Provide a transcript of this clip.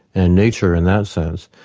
and nature in that sense,